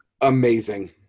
amazing